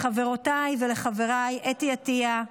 לחברותיי ולחבריי אתי עטייה,